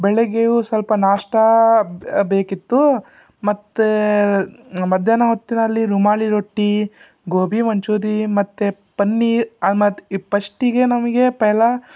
ಬೆಳಿಗ್ಗೆಯೂ ಸ್ವಲ್ಪ ನಾಷ್ಟಾ ಬೇಕಿತ್ತು ಮತ್ತು ಮಧ್ಯಾಹ್ನ ಹೊತ್ತಿನಲ್ಲಿ ರುಮಾಲಿ ರೊಟ್ಟಿ ಗೋಭಿ ಮಂಚೂರಿ ಮತ್ತು ಪನ್ನೀರ್ ಪಸ್ಟಿಗೆ ನಮಗೆ ಪೆಹಲಾ